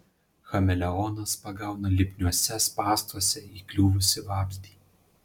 chameleonas pagauna lipniuose spąstuose įkliuvusį vabzdį